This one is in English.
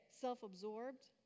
self-absorbed